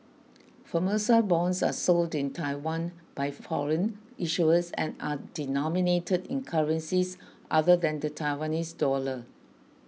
Formosa bonds are sold in Taiwan by foreign issuers and are denominated in currencies other than the Taiwanese dollar